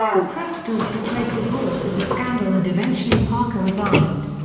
the press still portrayed divorce as a scandal and eventually parker resigned.